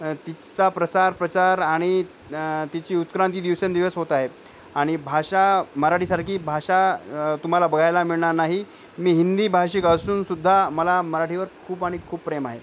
तिचा प्रसार प्रचार आणि तिची उत्क्रांती दिवसेंदिवस होत आहे आणि भाषा मराठीसारखी भाषा तुम्हाला बघायला मिळणार नाही मी हिंदी भाषिक असूनसुद्धा मला मराठीवर खूप आणि खूप प्रेम आहे